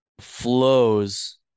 flows